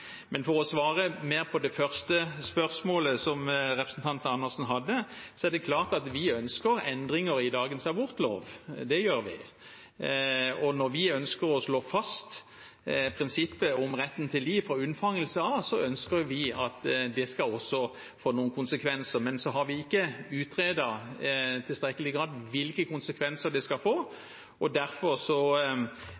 Men for å svare mer på første del av spørsmålet til representanten Dag Terje Andersen: Det er klart at vi ønsker endringer i dagens abortlov. Det gjør vi. Når vi ønsker å slå fast prinsippet om retten til liv fra unnfangelse av, ønsker vi også at det skal få noen konsekvenser, men vi har ikke utredet i tilstrekkelig grad hvilke konsekvenser det skal få.